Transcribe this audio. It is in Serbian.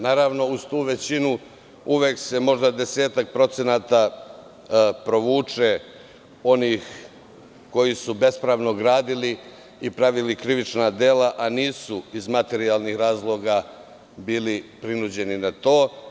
Naravno, uz tu većinu uvek se možda provuče 10% onih koji su bespravno gradili i pravili krivična dela, a nisu iz materijalnih razloga bili prinuđeni na to.